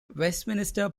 westminster